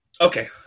Okay